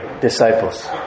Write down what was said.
disciples